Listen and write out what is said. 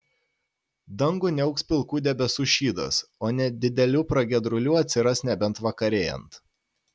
dangų niauks pilkų debesų šydas o nedidelių pragiedrulių atsiras nebent vakarėjant